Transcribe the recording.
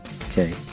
okay